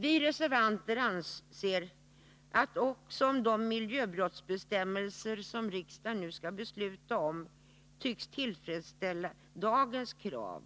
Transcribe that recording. Vi reservanter anser, att även om de miljöbrottsbestämmelser som riksdagen nu skall besluta om tycks tillfredsställa dagens krav,